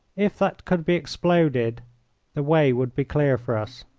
if that could be exploded the way would be clear for us.